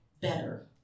better